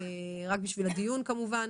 בשביל הדיון כמובן.